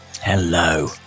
Hello